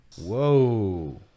Whoa